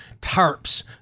tarps